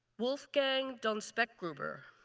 wolfgang don specgruber,